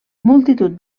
multitud